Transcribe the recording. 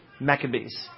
Maccabees